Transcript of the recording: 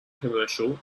commercial